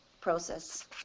process